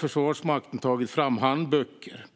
Försvarsmakten har tagit fram handböcker